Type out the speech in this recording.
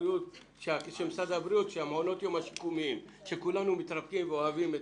משרד הבריאות שכולנו מתרפקים ואוהבים.